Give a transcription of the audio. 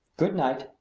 good night!